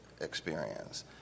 experience